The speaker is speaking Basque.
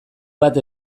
bat